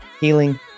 healing